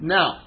Now